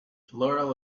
plural